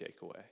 takeaway